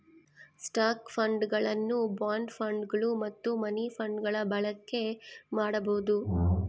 stock ಫಂಡ್ಗಳನ್ನು bond ಫಂಡ್ಗಳು ಮತ್ತು ಮನಿ ಫಂಡ್ಗಳ ಬಳಕೆ ಮಾಡಬೊದು